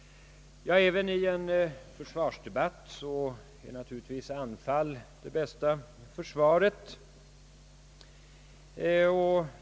Även i en försvarsdebatt kan naturligtvis anfall vara det bästa försvaret.